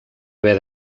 haver